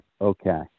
okay